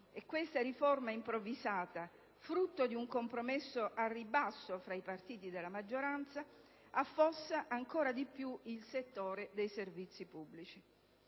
Questa riforma improvvisata, frutto di un compromesso al ribasso tra i partiti della maggioranza, affossa ancora di più il settore dei servizi pubblici.